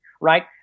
right